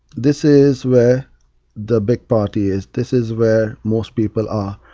this is where the big party is. this is where most people are.